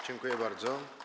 Dziękuję bardzo.